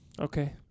Okay